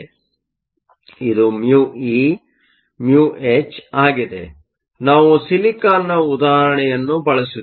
ಇದು μe μh ಆಗಿದೆ ನಾವು ಸಿಲಿಕಾನ್ನ ಉದಾಹರಣೆಯನ್ನು ಬಳಸುತ್ತೇವೆ